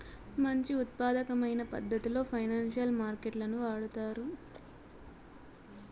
మంచి ఉత్పాదకమైన పద్ధతిలో ఫైనాన్సియల్ మార్కెట్ లను వాడుతారు